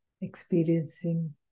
experiencing